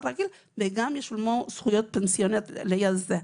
רגיל וגם ישולמו זכויות פנסיוניות ליד זה.